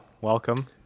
Welcome